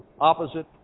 opposite